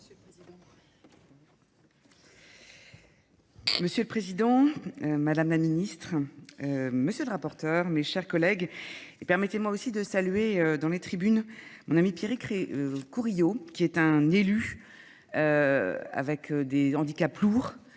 Monsieur le Président, Madame la Ministre, Monsieur le Rapporteur, mes chers collègues, permettez-moi aussi de saluer dans les tribunes mon ami Pierrick Courillot, qui est un élu avec des handicaps lourds.